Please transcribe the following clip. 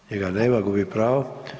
Njega nema, gubi pravo.